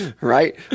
Right